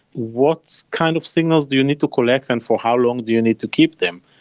what kind of signals do you need to collect and for how long do you need to keep them?